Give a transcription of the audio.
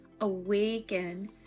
awaken